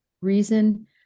reason